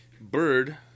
Bird